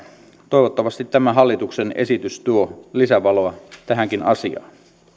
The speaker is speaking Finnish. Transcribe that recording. toivottavasti tämä hallituksen esitys tuo lisävaloa tähänkin asiaan